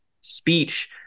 speech